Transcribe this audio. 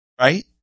Right